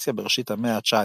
לאמנציפציה בראשית המאה ה-19.